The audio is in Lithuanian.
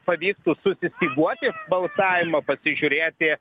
pavyktų susistyguoti balsavimą pasižiūrėti